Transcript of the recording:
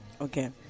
Okay